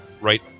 right